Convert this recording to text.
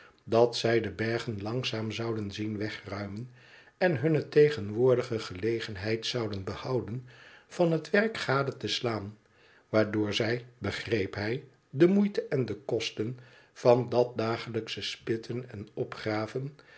dat zij de bergen langzaam zouden zien wegruimen en hunne tegenwoordige gelegenheid zouden behouden van het werk gade te slaan waardoor zij begreep hij de moeite en de kosten van dat dagelijksche spitten en opgraven